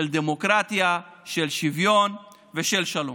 של דמוקרטיה, של שוויון ושל שלום.